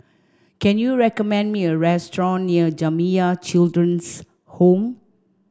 can you recommend me a restaurant near Jamiyah Children's Home